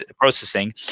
processing